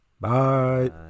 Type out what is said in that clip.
Bye